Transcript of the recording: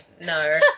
no